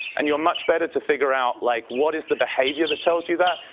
and you're much better to figure out like what is the behavior that tells you that.